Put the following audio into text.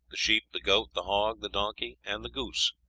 the sheep, the goat, the hog, the donkey, and the goose.